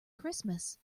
christmas